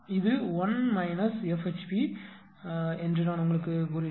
இது 1 F HP என்று நான் உங்களுக்குச் சொன்னேன்